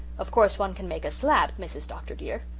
of course one can make a slab, mrs. dr. dear.